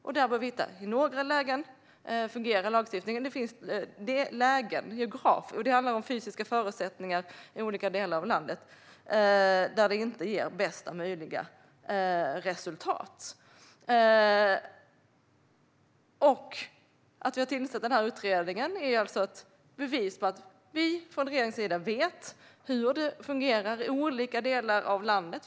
I några lägen fungerar lagstiftningen, men det handlar om fysiska förutsättningar i olika delar av landet där den inte ger bästa möjliga resultat. Att vi har tillsatt utredningen är ett bevis för att vi i regeringen vet hur det fungerar i olika delar av landet.